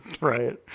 Right